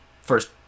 first